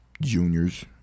juniors